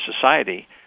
society